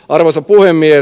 arvoisa puhemies